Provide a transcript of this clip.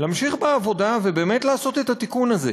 להמשיך בעבודה ובאמת לעשות את התיקון הזה.